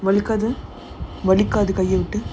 வலிக்காது வலிக்காது கை:valikaathu valikaathu kai